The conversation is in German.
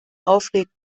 auflegt